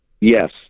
Yes